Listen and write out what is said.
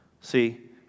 See